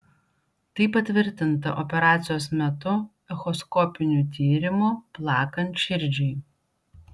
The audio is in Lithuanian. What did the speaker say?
tai patvirtinta operacijos metu echoskopiniu tyrimu plakant širdžiai